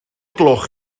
gloch